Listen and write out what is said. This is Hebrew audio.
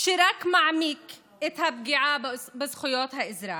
שרק מעמיק את הפגיעה בזכויות האזרח,